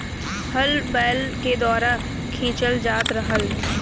हल बैल के द्वारा खिंचल जात रहल